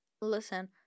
Listen